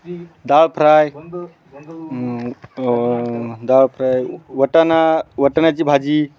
दाळ फ्राय दाळ फ्राय वाटाणा वाटाण्याची भाजी